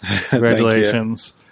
Congratulations